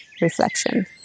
reflection